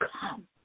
come